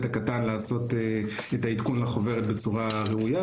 הקטן לעשות את העדכון לחוברת בצורה ראויה.